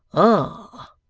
ah!